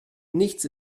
nichts